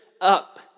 up